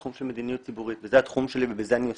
בתחום של מדיניות ציבורית וזה התחום שלי ובזה אני עוסק,